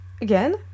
again